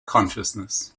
consciousness